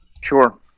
Sure